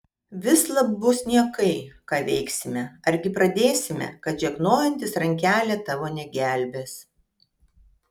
vislab bus niekai ką veiksime argi pradėsime kad žegnojanti rankelė tavo negelbės